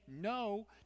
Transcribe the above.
no